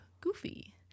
Goofy